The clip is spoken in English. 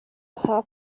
half